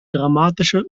dramatische